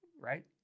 right